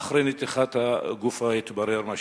ואחרי נתיחת הגופה התברר מה שהתברר.